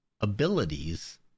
Abilities